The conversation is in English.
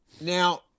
now